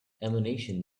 ammunition